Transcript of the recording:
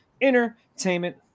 Entertainment